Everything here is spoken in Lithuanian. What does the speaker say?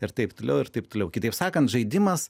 ir taip toliau ir taip toliau kitaip sakant žaidimas